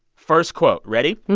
first quote, ready?